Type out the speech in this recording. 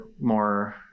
more